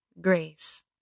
grace